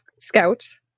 scouts